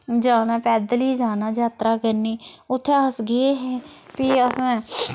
जाना पैदल ही जाना जात्तरा करनी उत्थें अस गे हे फ्ही असें